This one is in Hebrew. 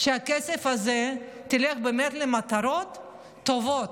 שהכסף הזה ילך באמת למטרות טובות,